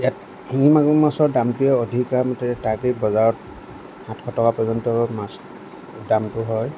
ইয়াত শিঙি মাগুৰ মাছৰ দামটোৱেই অধিকাংশই বজাৰত সাতশ টকা পৰ্যন্ত মাছৰ দামটো হয়